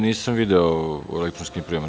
Nisam video u elektronskim prijavama.